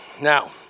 Now